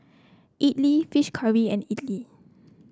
idly fish curry and idly